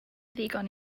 ddigon